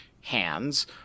hands